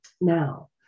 Now